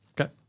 Okay